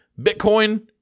Bitcoin